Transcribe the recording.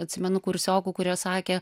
atsimenu kursiokų kurie sakė